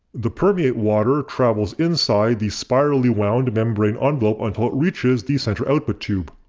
the permeate water travels inside the spirally wound membrane envelope until it reaches the center output tube.